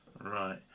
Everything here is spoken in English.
Right